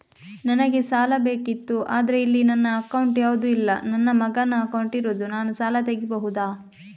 ನನಗೆ ಸಾಲ ಬೇಕಿತ್ತು ಆದ್ರೆ ಇಲ್ಲಿ ನನ್ನ ಅಕೌಂಟ್ ಯಾವುದು ಇಲ್ಲ, ನನ್ನ ಮಗನ ಅಕೌಂಟ್ ಇರುದು, ನಾನು ಸಾಲ ತೆಗಿಬಹುದಾ?